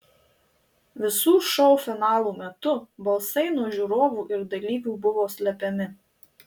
visų šou finalų metu balsai nuo žiūrovų ir dalyvių buvo slepiami